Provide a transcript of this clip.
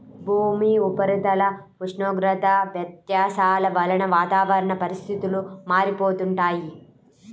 భూమి ఉపరితల ఉష్ణోగ్రత వ్యత్యాసాల వలన వాతావరణ పరిస్థితులు మారిపోతుంటాయి